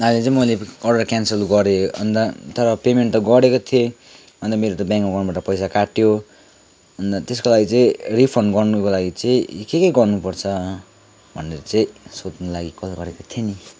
आज चाहिँ मैले अर्डर क्यान्सल गरेँ अन्त तर पेमेन्ट त गरेको थिएँ अन्त मेरो त ब्याङ्क एकाउन्टबाट पैसा काटियो अन्त त्यसको लागि चाहिँ रिफन्ड गर्नुको लागि चाहिँ के के गर्नुपर्छ भनेर चाहिँ सोध्नुको लागि कल गरेको थिएँ नि